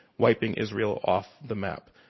wiping israel off the map.